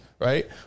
right